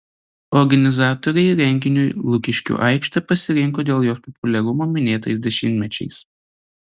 organizatoriai renginiui lukiškių aikštę pasirinko dėl jos populiarumo minėtais dešimtmečiais